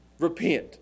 Repent